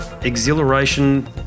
exhilaration